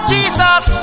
Jesus